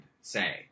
say